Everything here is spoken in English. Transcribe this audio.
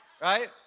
Right